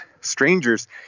strangers